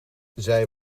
zij